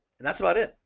and that's about it.